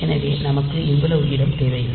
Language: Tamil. எனவே நமக்கு இவ்வளவு இடம் தேவையில்லை